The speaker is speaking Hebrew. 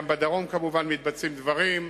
גם בדרום, כמובן, מתבצעים דברים.